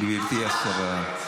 גברתי השרה,